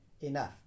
enough